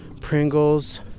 Pringles